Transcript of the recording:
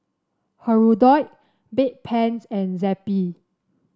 Hirudoid Bedpans and Zappy